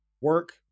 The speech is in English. Work